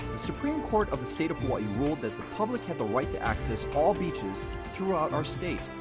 supreme court of the state of hawai'i ruled that the public had the right to access all beaches throughout our state.